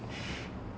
mm